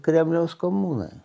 kremliaus komunai